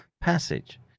passage